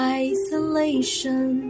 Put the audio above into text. isolation